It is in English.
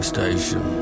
station